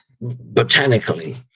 botanically